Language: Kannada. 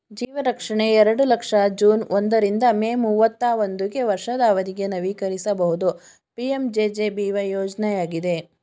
ಜೀವರಕ್ಷಣೆ ಎರಡು ಲಕ್ಷ ಜೂನ್ ಒಂದ ರಿಂದ ಮೇ ಮೂವತ್ತಾ ಒಂದುಗೆ ವರ್ಷದ ಅವಧಿಗೆ ನವೀಕರಿಸಬಹುದು ಪಿ.ಎಂ.ಜೆ.ಜೆ.ಬಿ.ವೈ ಯೋಜ್ನಯಾಗಿದೆ